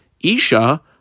isha